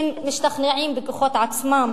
הם משתכנעים בכוחות עצמם